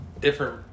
different